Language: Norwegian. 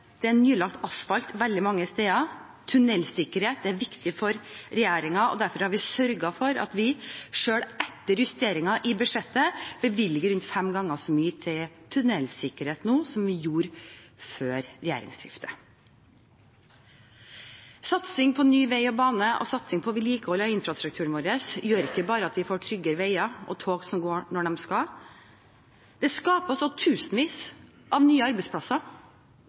det er nylagt asfalt veldig mange steder. Tunnelsikkerhet er viktig for regjeringen, og derfor har vi sørget for at vi, selv etter justeringer i budsjettet, bevilger rundt fem ganger så mye til tunnelsikkerhet nå som vi gjorde før regjeringsskiftet. Satsing på ny vei og bane og satsing på vedlikehold av infrastrukturen vår gjør ikke bare at vi får tryggere veier og tog som går når de skal. Det skaper også tusenvis av nye arbeidsplasser